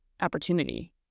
opportunity